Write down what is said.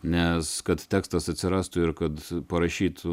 nes kad tekstas atsirastų ir kad parašyt